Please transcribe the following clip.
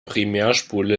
primärspule